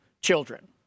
children